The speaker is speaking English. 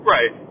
Right